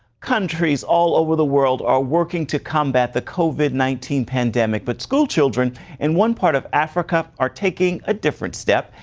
countries all over the world are working to combat the covid nineteen pandemic, but schoolchildren in one part of africa are taking a different step.